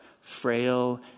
frail